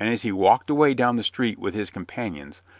and as he walked away down the street with his companions,